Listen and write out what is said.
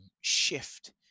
shift